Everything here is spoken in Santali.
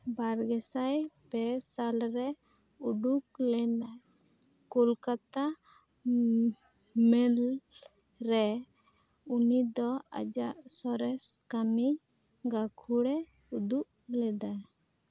ᱵᱟᱨᱜᱮ ᱥᱟᱭ ᱯᱮ ᱥᱟᱞ ᱨᱮ ᱩᱰᱩᱠ ᱞᱮᱱᱟᱭ ᱠᱳᱞᱠᱟᱛᱟ ᱢᱮᱞ ᱨᱮ ᱩᱱᱤ ᱫᱚ ᱟᱡᱟᱜ ᱥᱚᱨᱮᱥ ᱠᱟᱹᱢᱤ ᱜᱟᱹᱠᱷᱩᱲᱮ ᱩᱫᱩᱜ ᱞᱮᱫᱟ